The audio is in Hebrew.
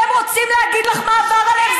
והם רוצים להגיד לך מה עבר עליהם.